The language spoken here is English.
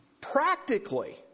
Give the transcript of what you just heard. practically